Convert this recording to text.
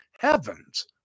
heavens